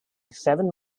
seven